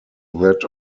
that